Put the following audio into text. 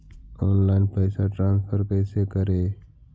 Online पैसा transfer कैसे करे?